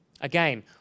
Again